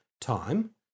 time